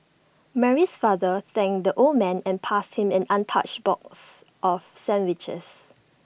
Mary's father thanked the old man and passed him an untouched box of sandwiches